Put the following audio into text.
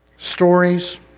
Stories